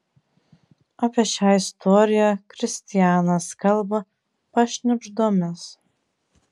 apie šią istoriją kristianas kalba pašnibždomis